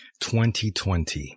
2020